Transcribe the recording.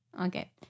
Okay